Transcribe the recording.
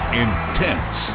intense